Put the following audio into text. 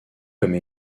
comme